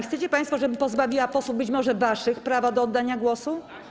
Chcecie państwo, żebym pozbawiła posłów - być może waszych - prawa do oddania głosu?